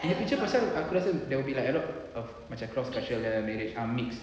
in the future pasal aku rasa there will be like a lot of cross cultural nya marriage ah mixed